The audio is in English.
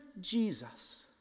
Jesus